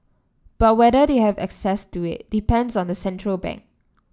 but whether they have access to it depends on the central bank